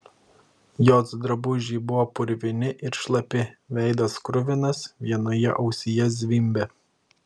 jos drabužiai buvo purvini ir šlapi veidas kruvinas vienoje ausyje zvimbė